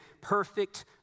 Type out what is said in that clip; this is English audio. perfect